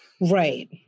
right